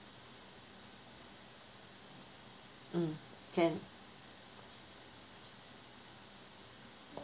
um can